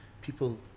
people